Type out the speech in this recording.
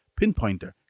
pinpointer